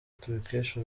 tubikesha